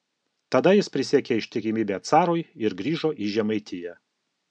tada jis prisiekė ištikimybę carui ir grįžo į žemaitiją